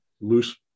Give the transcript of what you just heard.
loose